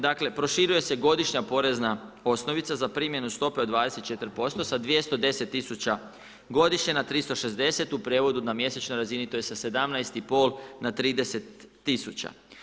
Dakle, proširuje se godišnja porezna osnovica za primjenu stope od 24% sa 210 tisuća godišnje na 360 u prijevodu na mjesečnoj razini to je sa 17,5 na 30 tisuća.